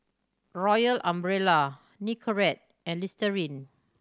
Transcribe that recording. Royal Umbrella Nicorette and Listerine